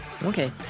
Okay